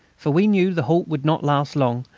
for we knew the halt would not last long,